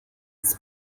his